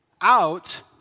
out